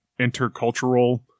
intercultural